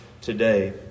today